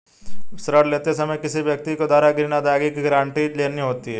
ऋण लेते समय किसी व्यक्ति के द्वारा ग्रीन अदायगी की गारंटी लेनी होती है